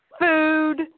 food